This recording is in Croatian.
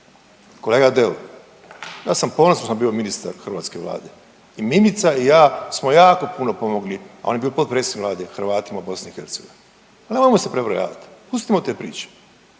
Kolega Deur, ja sam ponosan što sam bio ministar hrvatske Vlade i Mimica i ja smo jako puno pomogli, on je bio potpredsjednik Vlade, Hrvatima BiH. Pa nemojmo se prebrojavati, pustimo te priče.